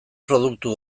produktu